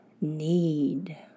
need